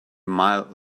mile